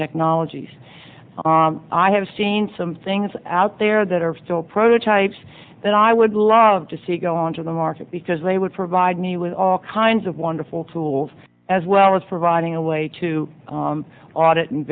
technologies i have seen some things out there that are still prototypes that i would love to see go on to the market because they would provide me with all kinds of wonderful tools as well as providing a way to audit and